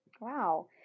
Wow